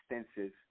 extensive